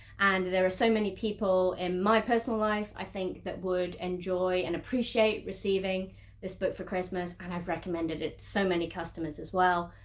and there are so many people in my personal life i think that would enjoy and appreciate receiving this book for christmas and i've recommended it to so many customers as well.